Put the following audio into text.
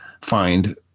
find